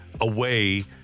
away